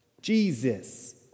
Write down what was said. Jesus